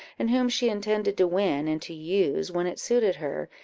and whom she intended to win and to use, when it suited her,